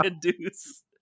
deuce